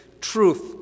truth